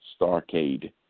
Starcade